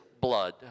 blood